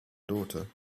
daughter